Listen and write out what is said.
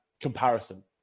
comparison